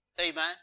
Amen